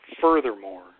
furthermore